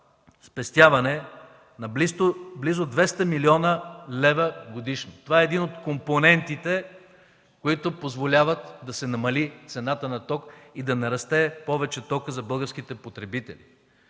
спестяване на близо 200 млн. лв. годишно. Това е един от компонентите, които позволят да се намали цената на тока и да не расте повече за българските потребители.